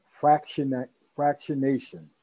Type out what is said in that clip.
fractionation